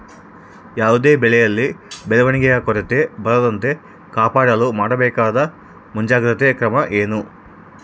ಯಾವುದೇ ಬೆಳೆಯಲ್ಲಿ ಬೆಳವಣಿಗೆಯ ಕೊರತೆ ಬರದಂತೆ ಕಾಪಾಡಲು ಮಾಡಬೇಕಾದ ಮುಂಜಾಗ್ರತಾ ಕ್ರಮ ಏನು?